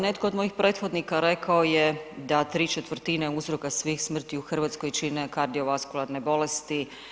Netko od mojih prethodnika rekao je da 3/4 uzroka svih smrti u Hrvatskoj čine kardiovaskularne bolesti.